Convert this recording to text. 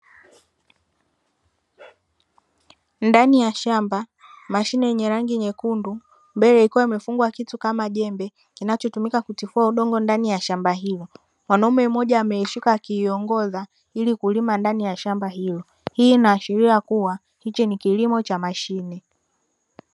Ndani ya shamba, mashine yenye rangi nyekundu, mbele ikiwa imefungwa kitu kama jembe, kinachotumika kutifua udongo ndani ya shamba hilo. Mwanaume mmoja ameishika na akiiongoza ili kulima ndani ya shamba hilo. Hii inaashiria kuwa hiki ni kilimo cha mashine.